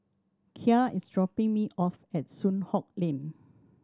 Kya is dropping me off at Soon Hock Lane